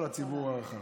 כל הציבור הרחב,